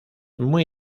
muy